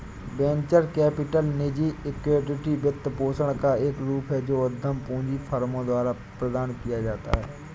venture capital निजी equity वित्तपोषण का एक रूप है जो उद्यम पूंजी फर्मों द्वारा प्रदान किया जाता है